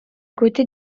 côté